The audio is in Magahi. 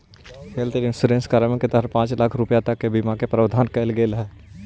हेल्थ इंश्योरेंस कार्यक्रम के तहत पांच लाख रुपया तक के बीमा के प्रावधान कैल गेल हइ